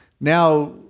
Now